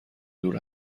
دور